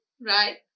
right